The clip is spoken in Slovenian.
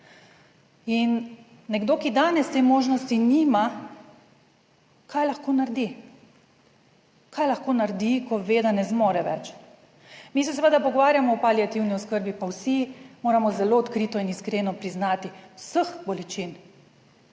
In nekdo, ki danes te možnosti nima, kaj lahko naredi, kaj lahko naredi, ko ve, da ne zmore več? Mi se seveda pogovarjamo o paliativni oskrbi, pa vsi moramo zelo odkrito in iskreno priznati, vseh bolečin,